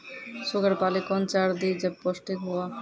Sugar पाली कौन चार दिय जब पोस्टिक हुआ?